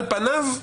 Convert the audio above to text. על פניו,